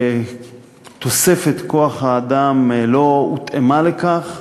תוספת כוח האדם לא הותאמה לכך,